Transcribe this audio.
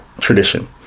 tradition